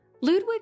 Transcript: Ludwig